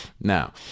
Now